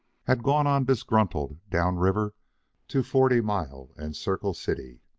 had gone on disgruntled down river to forty mile and circle city.